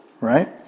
right